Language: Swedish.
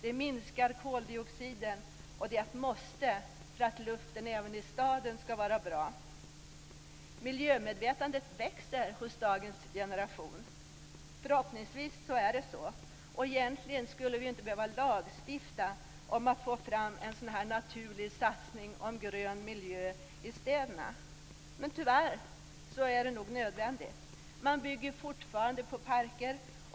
Det minskar koldioxiden, och det är ett måste för att luften även i staden ska vara bra. Miljömedvetandet växer hos dagens unga generation - förhoppningsvis är det så. Egentligen skulle vi inte behöva lagstifta om att få fram en sådan här naturlig satsning och en grön miljö i städerna. Men tyvärr är det nog nödvändigt. Man bygger fortfarande på parker.